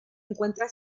encuentra